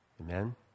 Amen